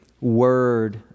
word